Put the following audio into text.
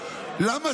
למה